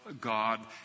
god